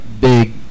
big